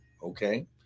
Okay